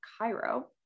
Cairo